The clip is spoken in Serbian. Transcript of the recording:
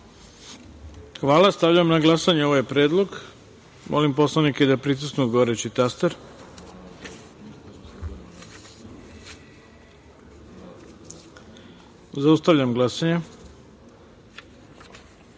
Hvala. Stavljam na glasanje ovaj predlog. Molim poslanike da pritisnu odgovarajući taster. Zaustavljam glasanje: